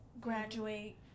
graduate